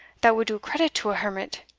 that would do credit to a hermit.